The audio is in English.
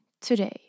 today